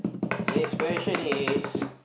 next question is